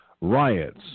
riots